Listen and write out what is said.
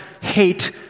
hate